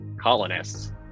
colonists